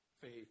faith